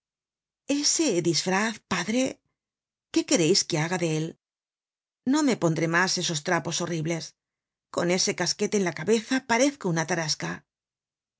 ese disfraz padrel qué quereis que haga de él no me pondré mas esos trapos horribles con ese casquete en la cabeza parezco una tarasca